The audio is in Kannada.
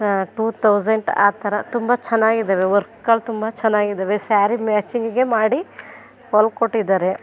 ಸ ಟು ಥೌಸಂಡ್ ಆ ಥರ ತುಂಬ ಚೆನ್ನಾಗಿದ್ದಾವೆ ವರ್ಕಲ್ಲಿ ತುಂಬ ಚೆನ್ನಾಗಿದ್ದಾವೆ ಸ್ಯಾರಿ ಮ್ಯಾಚಿಂಗಿಗೆ ಮಾಡಿ ಹೊಲ್ಕೊಟ್ಟಿದ್ದಾರೆ